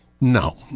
No